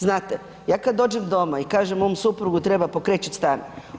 Znate, ja kada dođem doma i kažem mom suprugu treba pokrečiti stan.